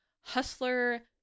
Hustler